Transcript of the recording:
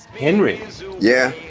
henry yeah?